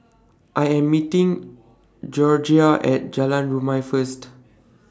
I Am meeting Gregoria At Jalan Rumia First